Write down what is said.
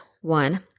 one